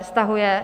Stahuje?